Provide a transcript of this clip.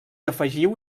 afegiu